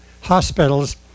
hospitals